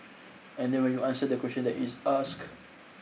and then when you answer the question that is asked